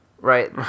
right